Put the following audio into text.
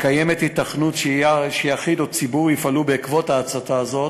ויש היתכנות שיחיד או ציבור יפעלו בעקבות ההסתה הזאת,